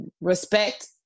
respect